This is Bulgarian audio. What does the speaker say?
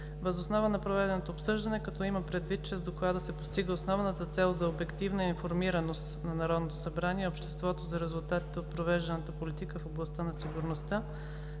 Въз основа на проведеното обсъждане, като се има предвид, че с Доклада се постига основната цел за обективна информираност на Народното събрание и обществото за резултатите от провежданата политика в областта на сигурността,